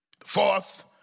Fourth